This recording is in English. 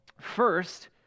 First